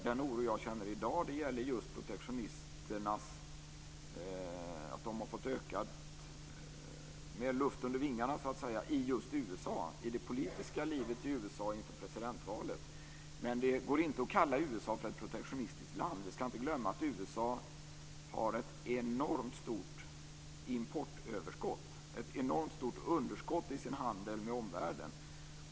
Den oro jag känner i dag gäller just att protektionisterna har fått mer luft under vingarna just i USA, i det politiska livet i USA inför presidentvalet. Det går inte att kalla USA ett protektionistiskt land. Vi ska inte glömma att USA har ett enormt stort importöverskott, ett enormt stor underskott i sin handel med omvärlden.